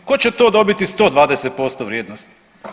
Tko će to dobiti 120% vrijednosti.